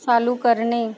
चालू करणे